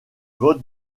vote